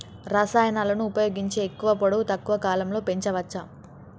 రసాయనాలను ఉపయోగించి ఎక్కువ పొడవు తక్కువ కాలంలో పెంచవచ్చా?